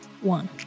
one